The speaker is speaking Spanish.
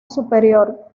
superior